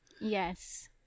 Yes